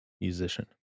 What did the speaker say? musician